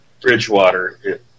bridgewater